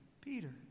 Peter